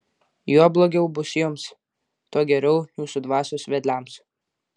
juo blogiau bus jums tuo geriau jūsų dvasios vedliams